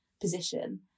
position